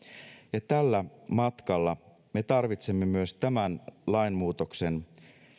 ja tällä matkalla me tarvitsemme myös tämän lainmuutoksen